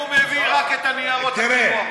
והוא מביא רק את ניירות הקינוח,